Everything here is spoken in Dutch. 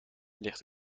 ligt